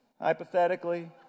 Hypothetically